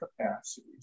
capacities